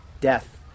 death